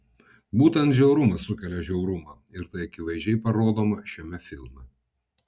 būtent žiaurumas sukelia žiaurumą ir tai akivaizdžiai parodoma šiame filme